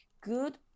good